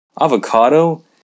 Avocado